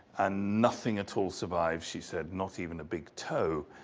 and nothing at all survived, she said, not even a big toe.